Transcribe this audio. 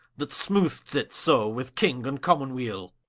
that smooth'st it so with king and common-weale